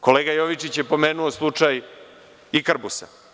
Kolega Jovičić je pomenuo slučaj „Ikarbusa“